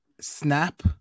snap